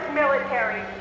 military